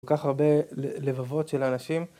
כל כך הרבה לבבות של אנשים.